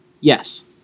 Yes